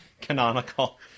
Canonical